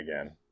again